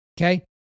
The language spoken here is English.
Okay